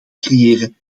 creëren